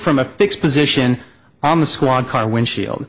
from a fixed position on the squad car windshield